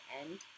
end